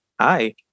Hi